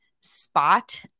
spot